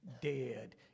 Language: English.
dead